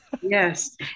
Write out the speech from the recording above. yes